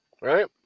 right